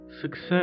Success